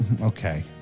Okay